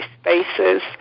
spaces